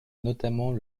notamment